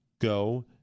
go